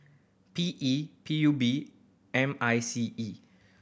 P E P U B M I C E